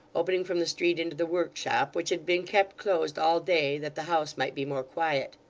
opening from the street into the workshop, which had been kept closed all day that the house might be more quiet.